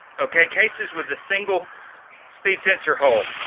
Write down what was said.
okay cases with a single speed sensor hole